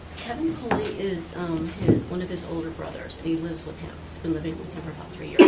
kevin pulley is one of his older brothers, and he lives with him, he's been living with him for about three years.